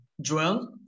Joel